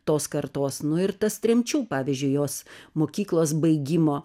tos kartos nu ir tas tremčių pavyzdžiui jos mokyklos baigimo